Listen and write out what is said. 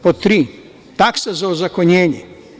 Pod tri – taksa za ozakonjenje.